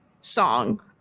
song